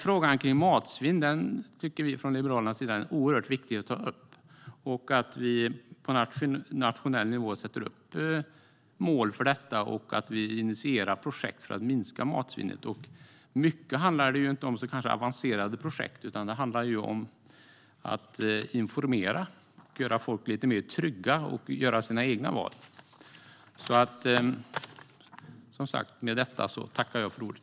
Frågan om matsvinn tycker vi från Liberalernas sida är oerhört viktig. Det är viktigt att vi på nationell nivå sätter upp mål för detta och att vi initierar projekt för att minska matsvinnet. Det kanske inte handlar så mycket om avancerade projekt, utan det handlar om att informera och göra folk lite mer trygga i att göra egna val.